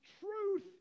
truth